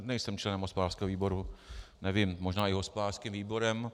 Nejsem členem hospodářského výboru, nevím, možná i hospodářským výborem.